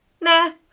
nah